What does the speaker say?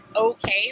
okay